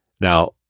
Now